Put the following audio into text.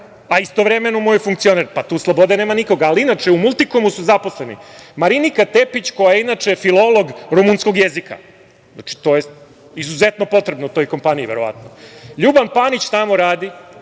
a istovremeno mu je funkcioner? Tu slobode nema. Inače, u „Multikomu“ su zaposleni Marinika Tepić koja je inače filolog rumunskog jezika. To je izuzetno potrebno toj kompaniji verovatno. Ljuban Panić tamo radi,